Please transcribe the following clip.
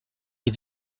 est